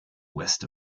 west